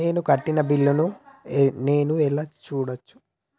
నేను కట్టిన బిల్లు ను నేను ఎలా చూడచ్చు?